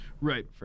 Right